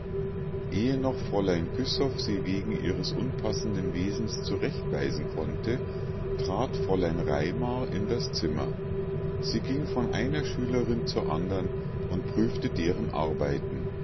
ehe noch fräulein güssow sie wegen ihres unpassenden wesens zurechtweisen konnte trat fräulein raimar in das zimmer sie ging von einer schülerin zur andern und prüfte deren arbeiten